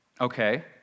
Okay